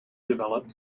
developed